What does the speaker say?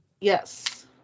Yes